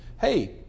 hey